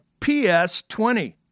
PS20